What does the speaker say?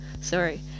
sorry